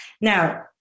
Now